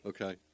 Okay